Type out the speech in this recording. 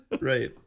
Right